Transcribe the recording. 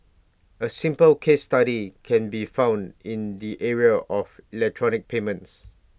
A simple case study can be found in the area of electronic payments